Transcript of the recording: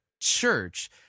church